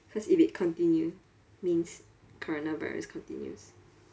cause if it continue means coronavirus continues